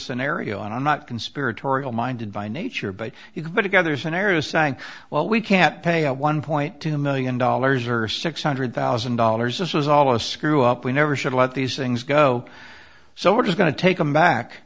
scenario and i'm not conspiratorial minded by nature but you can put together scenarios saying well we can't pay out one point two million dollars or six hundred thousand dollars this was all a screw up we never should let these things go so we're just going to take them back